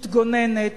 מתגוננת,